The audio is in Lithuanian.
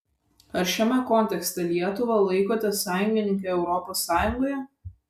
ar šiame kontekste lietuvą laikote sąjungininke europos sąjungoje